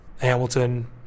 Hamilton